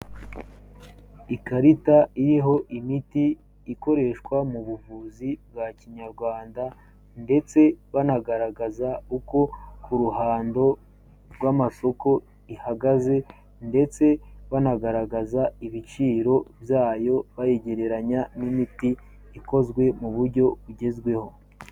Ikarita iriho imiti ikoreshwa mu buvuzi bwa kinyarwanda, ndetse banagaragaza uko ku ruhando rw'amasoko ihagaze, ndetse banagaragaza ibiciro byayo, bayigereranya n'imiti ikozwe mu buryo bugezweho.